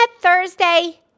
Thursday